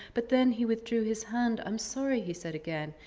but then he withdrew his hand. i'm sorry, he said again.